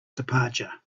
departure